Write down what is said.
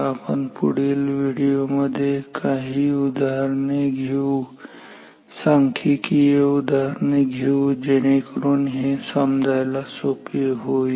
आपल्या पुढील व्हिडिओमध्ये आपण काही मुख्य उदाहरणे घेऊ काही सांख्यिकी उदाहरणे घेऊ जेणेकरून हे समजायला सोपे होईल